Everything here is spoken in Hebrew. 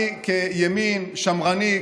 אני כימין שמרני,